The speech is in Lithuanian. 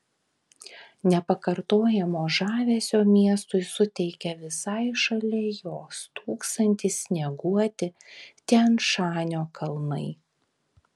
nepakartojamo žavesio miestui suteikia visai šalia jo stūksantys snieguoti tian šanio kalnai